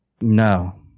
No